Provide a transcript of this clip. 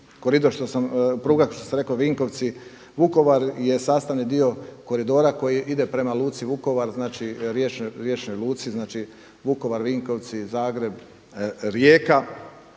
koridor što sam, pruga što sam rekao Vinkovci – Vukovar je sastavni dio koridora koji ide prema luci Vukovar, znači riječnoj luci, znači Vukovar – Vinkovci – Zagreb – Rijeka.